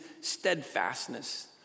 steadfastness